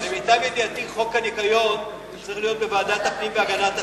למיטב ידיעתי חוק שמירת הניקיון צריך להיות בוועדת הפנים והגנת הסביבה.